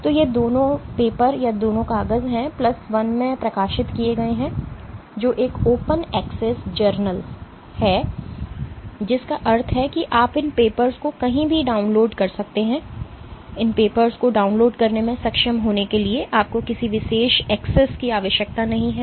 तो ये दोनों कागज हैं प्लस वन में प्रकाशित किया गया है जो एक ओपन एक्सेस जर्नल है जिसका अर्थ है कि आप इन पेपर्स को कहीं भी डाउनलोड कर सकते हैं इन पेपर्स को डाउनलोड करने में सक्षम होने के लिए आपको किसी विशेष एक्सेस की आवश्यकता नहीं है